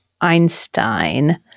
Einstein